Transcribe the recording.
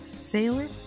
sailor